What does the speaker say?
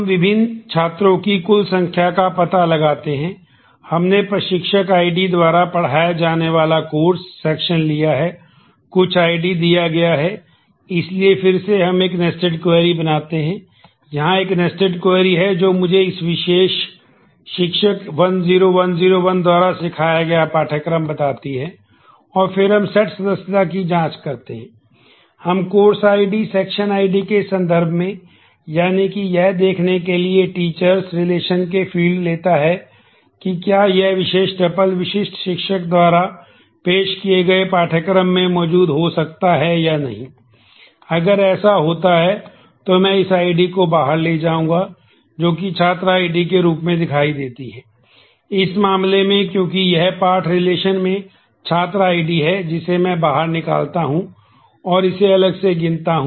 हम विभिन्न छात्रों की कुल संख्या का पता लगाते हैं हमने प्रशिक्षक आईडी द्वारा पढ़ाया जाने वाला कोर्स है जिसे मैं बाहर निकालता हूं और इसे अलग से गिनता हूं